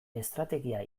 estrategia